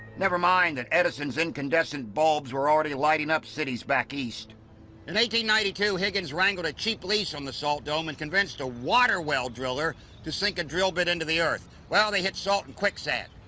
never mind that edison's incandescent bulbs were already lighting up cities back east and ninety ninety two higgins wrangled a cheap lease on the salt dome and convinced a water-well driller to sink a drill bit into the earth. well, they hit salt and quicksand,